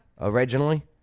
Originally